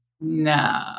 no